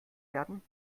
werden